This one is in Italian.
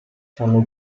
fanno